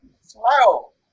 smile